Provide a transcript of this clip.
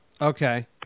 Okay